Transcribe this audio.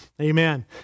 Amen